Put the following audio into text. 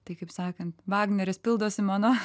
tai kaip sakant vagneris pildosi mano